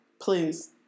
Please